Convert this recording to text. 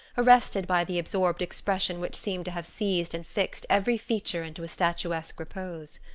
arrested by the absorbed expression which seemed to have seized and fixed every feature into a statuesque repose.